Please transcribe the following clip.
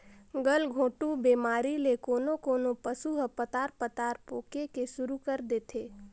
गलघोंटू बेमारी ले कोनों कोनों पसु ह पतार पतार पोके के सुरु कर देथे